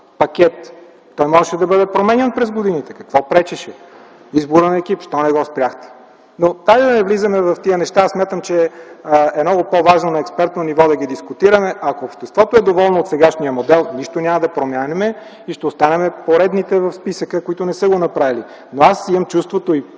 Пакет – той можеше да бъде променян през годините. Какво пречеше? Изборът на екип – защо не го спряхте? Но хайде да не влизаме в тези неща. Аз смятам, че е много по-важно да ги дискутираме на експертно ниво. Ако обществото е доволно от сегашния модел, нищо няма да променяме и ще останем поредните в списъка, които не са го направили, но аз имам чувството и